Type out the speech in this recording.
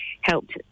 helped